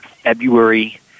February